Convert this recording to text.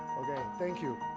okay, thank you.